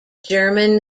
german